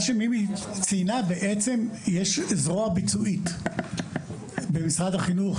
מה שמימי ציינה בעצם יש זרוע ביצועית במשרד החינוך,